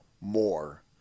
more